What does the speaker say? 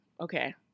Okay